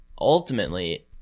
ultimately